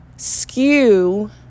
skew